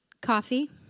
coffee